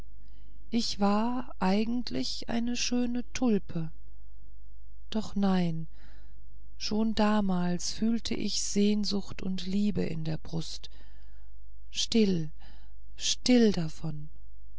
ich war eigentlich eine schöne tulpe doch nein schon damals fühlte ich sehnsucht und liebe in der brust still still davon